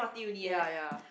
ya ya